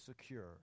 secure